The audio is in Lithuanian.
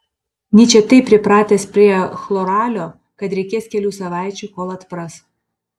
nyčė taip pripratęs prie chloralio kad reikės kelių savaičių kol atpras